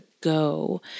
go